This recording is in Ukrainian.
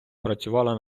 працювала